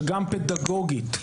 שגם פדגוגית,